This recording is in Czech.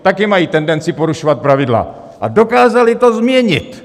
Také mají tendenci porušovat pravidla a dokázali to změnit.